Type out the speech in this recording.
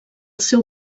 seu